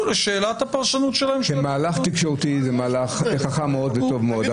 לשאלת הפרשנות --- כמהלך תקשורתי זה מהלך חכם מאוד וטוב מאוד,